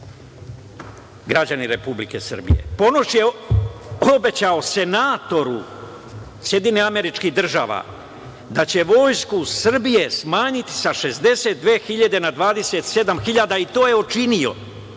građani Republike Srbije? Ponoš je obećao senatoru SAD da će Vojsku Srbije smanjiti sa 62.000 na 27.000, i to je učinio.